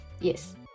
Yes